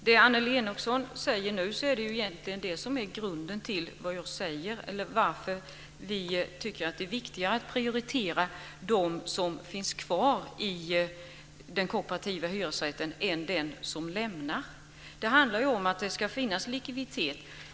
Fru talman! Det Annelie Enochson sade nu är grunden till varför vi tycker att det är viktigare att prioritera dem som finns kvar i den kooperativa hyresrättsföreningen än den som lämnar. Det handlar om att det ska finnas likviditet.